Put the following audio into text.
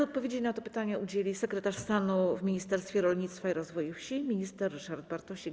Odpowiedzi na to pytanie udzieli sekretarz stanu w Ministerstwie Rolnictwa i Rozwoju Wsi minister Ryszard Bartosik.